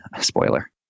Spoiler